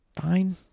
fine